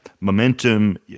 momentum